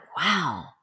wow